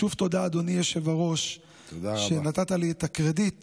שוב תודה, אדוני היושב-ראש, שנתת לי את הקרדיט